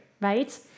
right